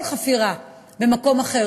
כל חפירה במקום אחר,